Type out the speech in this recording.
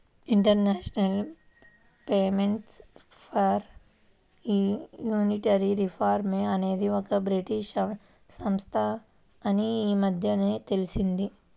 international movement for monetary reform అనేది ఒక British సంస్థ అని ఈ మధ్యనే తెలిసింది